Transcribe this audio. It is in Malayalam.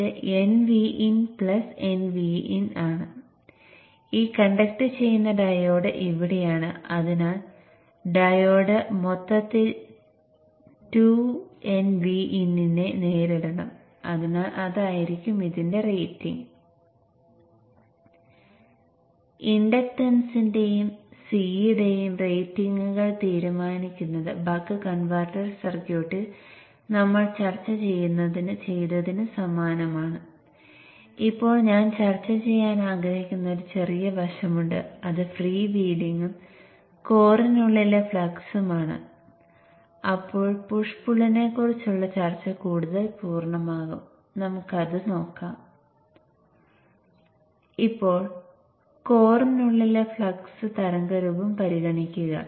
പുഷ് പുൾ സെക്കൻഡറി സൈഡ് ഓപ്പറേഷനായി നമ്മൾ കണ്ടതുപോലെ സർക്യൂട്ടിന്റെ പച്ച ഭാഗം സജീവമാക്കുകയും L ചാർജുചെയ്യുകയും ചെയ്യുന്നു